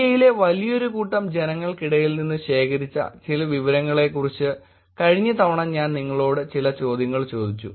ഇന്ത്യയിലെ വലിയൊരു കൂട്ടം ജനങ്ങൾക്കിടയിൽ നിന്ന് ശേഖരിച്ച ചില വിവരങ്ങളെക്കുറിച്ച് കഴിഞ്ഞ തവണ ഞാൻ നിങ്ങളോട് ചില ചോദ്യങ്ങൾ ചോദിച്ചു